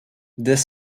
this